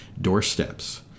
doorsteps